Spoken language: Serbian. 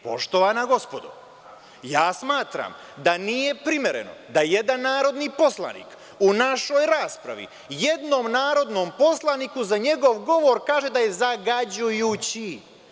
Poštovana gospodo, ja smatram da nije primereno da jedan narodni poslanik u našoj raspravi jednom narodnom poslaniku za njegov govor kaže da je zagađujući.